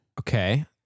Okay